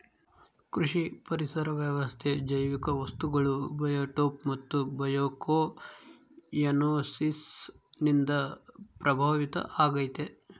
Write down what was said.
ಕೃಷಿ ಪರಿಸರ ವ್ಯವಸ್ಥೆ ಜೈವಿಕ ವಸ್ತುಗಳು ಬಯೋಟೋಪ್ ಮತ್ತು ಬಯೋಕೊಯನೋಸಿಸ್ ನಿಂದ ಪ್ರಭಾವಿತ ಆಗೈತೆ